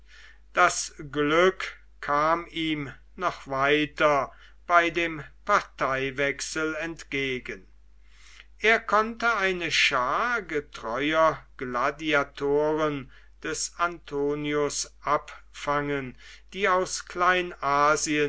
das glück kam ihm noch weiter bei dem parteiwechsel entgegen er konnte eine schar getreuer gladiatoren des antonius abfangen die aus